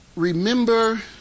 remember